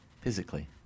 Physically